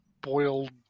boiled